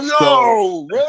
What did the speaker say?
No